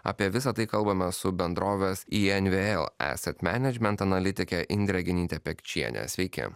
apie visa tai kalbame su bendrovės i n v l esat menedžment analitike indre genyte pekčiene sveiki